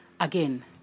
again